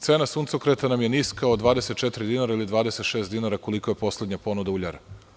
Cena suncokreta nam je niska od 24 dinara ili 26 dinara, kolika je poslednja ponuda uljara.